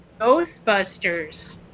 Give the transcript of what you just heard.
Ghostbusters